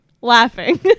laughing